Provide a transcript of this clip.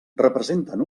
representen